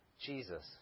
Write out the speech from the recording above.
Jesus